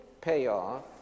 payoff